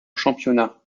championnat